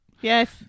Yes